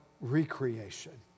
recreation